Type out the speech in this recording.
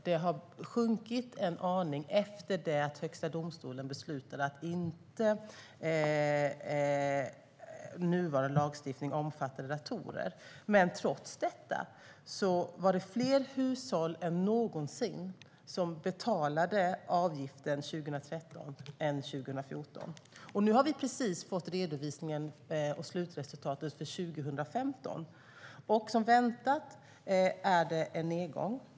Den har sjunkit en aning efter att Högsta domstolen beslutade att nuvarande lagstiftning inte omfattar datorer. Men trots detta var det fler hushåll än någonsin som betalade avgiften 2013 än 2014. Nu har vi precis fått slutresultatet för 2015. Som väntat är det en nedgång.